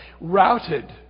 routed